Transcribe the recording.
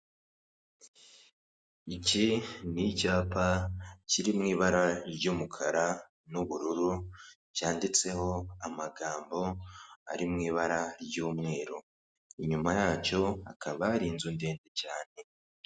Iki ni icyapa kiri mu ibara ry'umukara n'ubururu cyanditseho amagambo ari mu ibara ry'umweru, inyuma yacyo hakaba hari inzu ndende cyane.